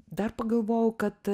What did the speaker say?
dar pagalvojau kad